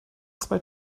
zwei